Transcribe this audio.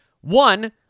One